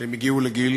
שהם הגיעו לגיל